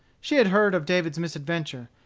she had heard of david's misadventure,